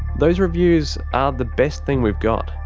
those reviews are the best thing we've got.